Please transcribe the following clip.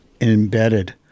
embedded